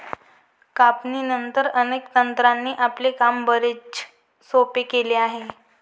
कापणीनंतर, अनेक तंत्रांनी आपले काम बरेच सोपे केले आहे